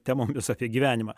temomis apie gyvenimą